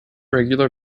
regular